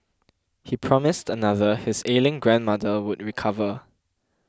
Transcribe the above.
he promised another his ailing grandmother would recover